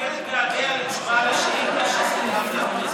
אני מתגעגע לתשובה על השאילתה, לא מזמן.